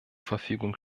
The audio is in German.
verfügung